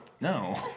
no